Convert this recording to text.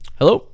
Hello